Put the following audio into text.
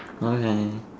okay